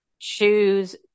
Choose